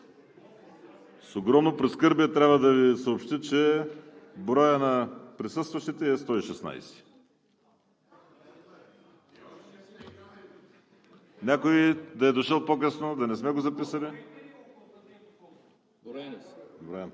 С огромно прискърбие трябва да Ви съобщя, че броят на присъстващите е 116. Някой да е дошъл по-късно, да не сме го записали? Това